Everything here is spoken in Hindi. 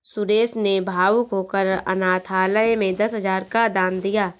सुरेश ने भावुक होकर अनाथालय में दस हजार का दान दिया